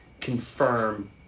confirm